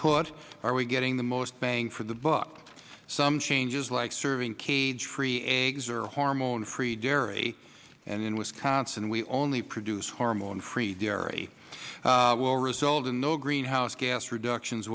put are we getting the most bang for the buck some changes like serving cage free eggs or hormone free dairy and in wisconsin we only produce hormone free dairy will result in no greenhouse gas reductions